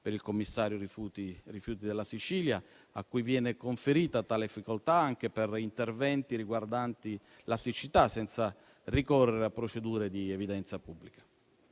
per il commissario rifiuti della Sicilia, a cui viene conferita tale facoltà anche per interventi riguardanti la siccità, senza ricorrere a procedure di evidenza pubblica.